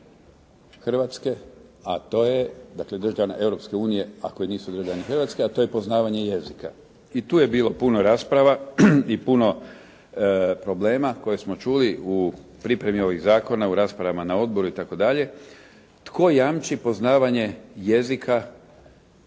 Hrvatske, a to je, dakle državljana Europske unije, a koji nisu državljani Hrvatske, a to je poznavanje jezika. I tu je bilo puno rasprava i puno problema koje smo čuli u pripremi ovih zakona, u raspravama na odboru itd. Tko jamči poznavanje jezika